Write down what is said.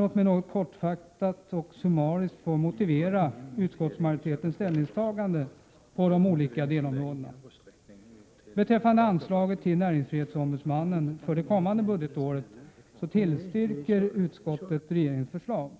Låt mig något kortfattat och summariskt få motivera utskottsmajoritetens ställningstaganden på de olika delområdena. Beträffande anslaget till näringsfrihetsombudsmannen för det kommande budgetåret tillstyrker utskottet regeringens förslag.